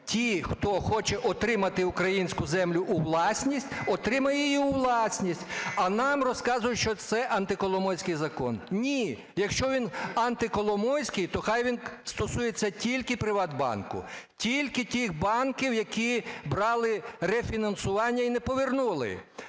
ті, хто хоче отримати українську землю у власність, отримає її у власність. А нам розказують, що це "антиколомойський" закон. Ні. Якщо він "антиколомойський", то хай він стосується тільки "ПриватБанку", тільки тих банків, які брали рефінансування і не повернули.